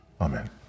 Amen